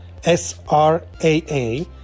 SRAA